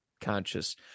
conscious